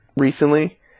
recently